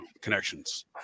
connections